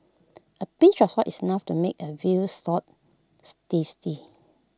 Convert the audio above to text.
A pinch of salt is enough to make A Veal Stews tasty